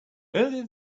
earlier